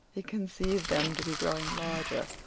he conceived them to be growing larger,